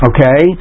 Okay